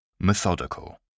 Methodical